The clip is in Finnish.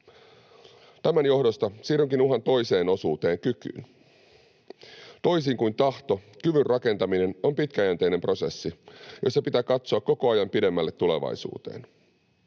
Tämän johdosta siirrynkin uhan toiseen osuuteen, kykyyn. Toisin kuin tahto, kyvyn rakentaminen on pitkäjänteinen prosessi, jossa pitää katsoa koko ajan pidemmälle tulevaisuuteen.